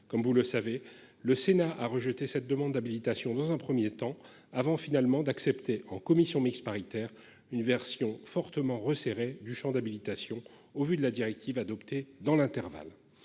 comme vous le savez, le Sénat a rejeté cette demande d'habilitation dans un premier temps, avant finalement d'accepter en commission mixte paritaire, une version fortement resserré du Champ d'habilitation. Au vu de la directive adoptée dans l'intervalle,